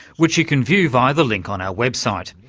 which you can view via the link on our website,